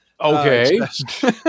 okay